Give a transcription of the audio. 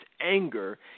anger